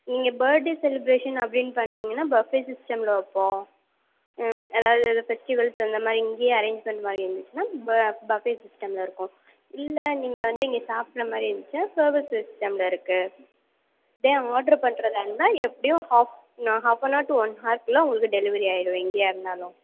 நீங்கள் birthday celebration அப்படின்னு பண்ணீங்கன்னால் பஃபே சிஸ்டமில் வைப்போம் ஏதாவது இது ஃபெஸ்டிவல்ஸ் அந்தமாதிரி இங்கேயே அரேஞ்ச் பண்ணுற மாதிரி இருந்துச்சுன்னால் ப பஃபே சிஸ்டமில் இருக்கும் இல்லை நீங்கள் வந்து இங்கே சாப்பிட்ற மாதிரி இருந்துச்சுன்னா சர்வீஸ் சிஸ்டமில் இருக்குது அப்படியே ஆர்ட்ரு பண்ணுறதா இருந்தால் எப்படியும் ஆஃப் ந half an hour to one ஹாரில் குள்ளே உங்களுக்கு டெலிவரி ஆகிடும் எங்கேயா இருந்தாலும்